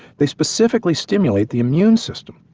they specifically stimulate the immune system,